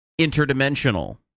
interdimensional